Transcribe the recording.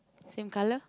same colour